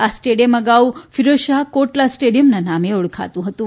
આ સ્ટેડીયમ અગાઉ ફિરોજશાહ કોટલા સ્ટેડીયમના નામે ઓળખાતું હતું